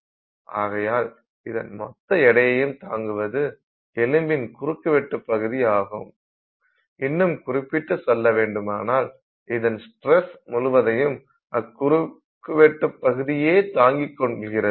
ஆகையால் இதன் மொத்த எடையையும் தாங்குவது எலும்பின் குறுக்குவெட்டு பகுதி ஆகும் இன்னும் குறிப்பிட்டு சொல்ல வேண்டுமானால் இதன் ஸ்டிரஸ் முழுவதையும் அக்குறுக்குவெட்டு பகுதியே தாங்கிக் கொள்கிறது